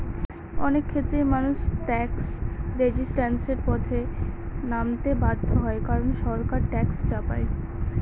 অনেক ক্ষেত্রেই মানুষ ট্যাক্স রেজিস্ট্যান্সের পথে নামতে বাধ্য হয় কারন সরকার ট্যাক্স চাপায়